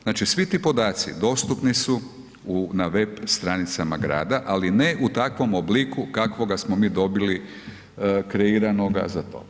Znači svi ti podaci dostupni su na web stranicama grada ali ne u takvom obliku kakvoga smo mi dobili kreiranoga za to.